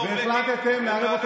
הבנתי, מצער אותך.